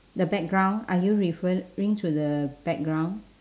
the background are you referring to the background